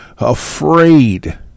Afraid